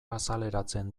azaleratzen